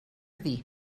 dir